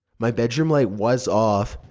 my bedroom light was off,